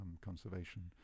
conservation